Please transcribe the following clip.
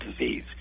disease